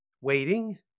waiting